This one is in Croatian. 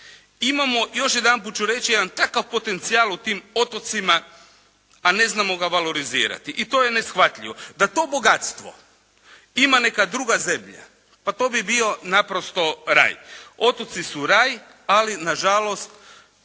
Imamo, još jedanput ću reći jedan takav potencijal u tim otocima, a ne znamo ga valorizirati. I to je neshvatljivo. Da to bogatstvo ima neka druga zemlja pa to bi bio naprosto raj. Otoci su raj, ali nažalost